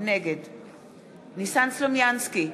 נגד ניסן סלומינסקי,